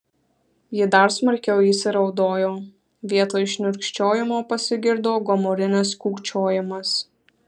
ji dar smarkiau įsiraudojo vietoj šniurkščiojimo pasigirdo gomurinis kūkčiojimas